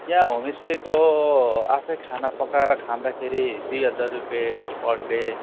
यहाँ होमस्टेको आफै खाना पकाएर खाँदाखेरि दुई हजार रुपियाँ पर डे